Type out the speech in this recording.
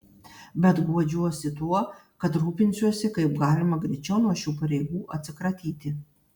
bet guodžiuosi tuo kad rūpinsiuosi kaip galima greičiau nuo šių pareigų atsikratyti